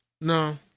No